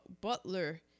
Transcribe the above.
butler